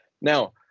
Now